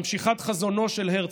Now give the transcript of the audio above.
ממשיכת חזונו של הרצל,